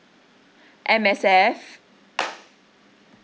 M_S_F